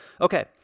Okay